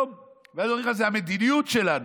ואז אומרים לך: זו המדיניות שלנו.